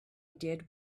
did